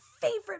favorite